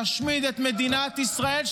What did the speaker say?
בדרך להשמיד את מדינת ישראל,